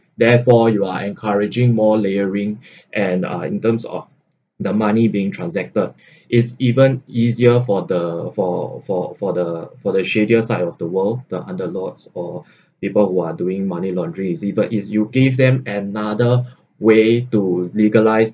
therefore you are encouraging more layering and uh in terms of the money being transacted is even easier for the for for for the for the shadier side of the world the under lords or people who are doing money laundry is even if you give them another way to legalise